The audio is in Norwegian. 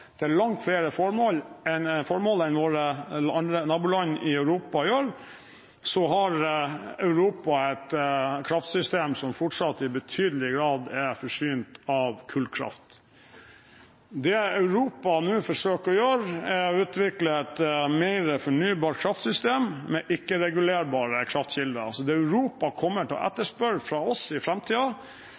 langt flere formål enn våre naboland i Europa gjør, så har Europa et kraftsystem som fortsatt i betydelig grad er forsynt av kullkraft. Det Europa nå forsøker å gjøre, er å utvikle et mer fornybart kraftsystem med ikke-regulerbare kraftkilder – altså det Europa kommer til å etterspørre fra oss i